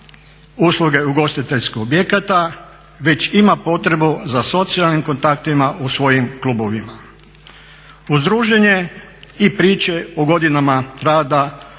usluge ugostiteljskih objekta, već ima potrebu za socijalnim kontaktima u svojim klubovima. Uz druženje i priče o godinama rada,